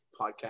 podcast